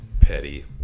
petty